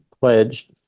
pledged